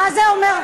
מה זה אומר,